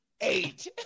Eight